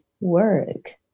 work